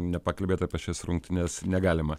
nepakalbėt apie šias rungtynes negalima